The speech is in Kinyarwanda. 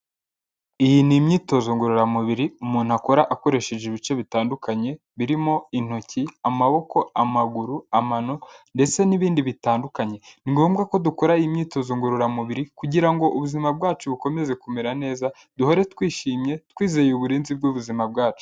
Iyi ni imyitozo ngororamubiri umuntu akora akoresheje ibice bitandukanye birimo intoki, amaboko, amaguru, amano ndetse n'ibindi bitandukanye ni ngombwa ko dukora imyitozo ngororamubiri kugira ngo ubuzima bwacu bukomeze kumera neza duhore twishimye twizeye uburinzi bw'ubuzima bwacu.